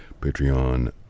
Patreon